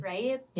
Right